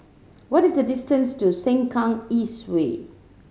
what is the distance to Sengkang East Way